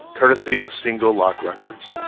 courtesy of single lock records.